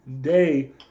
day